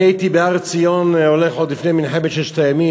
אני הייתי הולך בהר-ציון עוד לפני מלחמת ששת הימים.